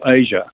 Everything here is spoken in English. Asia